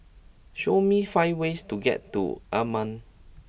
show me five ways to get to Amman